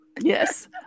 Yes